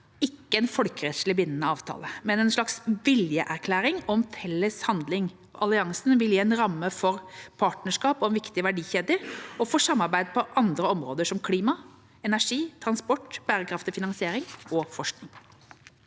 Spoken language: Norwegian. ikke en folkerettslig bindende avtale, men en slags viljeserklæring om felles handling. Alliansen vil gi en ramme for partnerskap om viktige verdikjeder, og for samarbeid på andre områder som klima, energi, transport, bærekraftig finansiering og forskning.